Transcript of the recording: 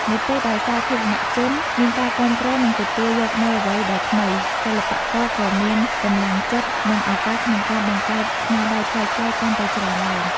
នៅពេលដែលសាធារណជនមានការគាំទ្រ និងទទួលយកនូវអ្វីដែលថ្មី សិល្បករក៏មានកម្លាំងចិត្ត និងឱកាសក្នុងការបង្កើតស្នាដៃប្លែកៗកាន់តែច្រើនឡើង។